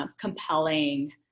compelling